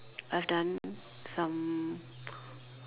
I've done some